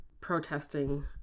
protesting